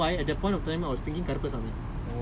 like maybe Madurai வீரன்தான் சாமியாரோ:madurai veerantaan saamiyaaro